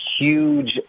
huge